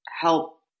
help